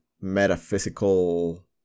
metaphysical